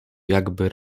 jakby